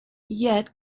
yet